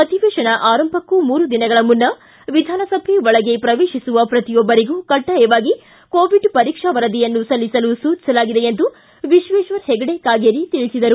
ಅಧಿವೇತನ ಆರಂಭಕ್ತೂ ಮೂರು ದಿನಗಳ ಮುನ್ನ ವಿಧಾನಸಭೆ ಒಳಗೆ ಪ್ರವೇತಿಸುವ ಪ್ರತಿಯೊಬ್ಬರಿಗೂ ಕಡ್ಡಾಯವಾಗಿ ಕೋವಿಡ್ ಪರೀಕ್ಷಾ ವರದಿಯನ್ನು ಸಲ್ಲಿಸಲು ಸೂಚಿಸಲಾಗಿದೆ ಎಂದು ವಿಶ್ವೇಶ್ವರ ಹೆಗಡೆ ಕಾಗೇರಿ ತಿಳಿಸಿದರು